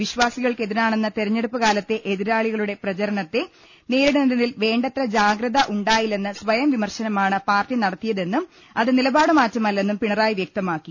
വിശ്വാസികൾക്കെതിരാണെന്ന തെർഞ്ഞെടുപ്പ് കാലത്തെ എതിരാളികളുടെ പ്രചാരണത്തെ നേരിടുന്നതിൽ വേണ്ടത്ര ജാഗ്രത ഉണ്ടായില്ലായെന്ന സ്വയം വിമർശനമാണ് പാർട്ടി നടത്തിയതെന്നും അത് നിലപാട് മാറ്റമല്ലെന്നും പിണറായി വ്യക്തമാക്കി